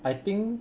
I think